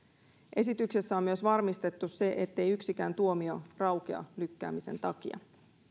esityksessä on myös varmistettu se ettei yksikään tuomio raukea lykkäämisen takia